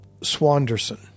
Swanderson